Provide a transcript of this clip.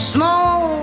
Small